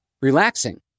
Relaxing